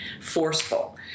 forceful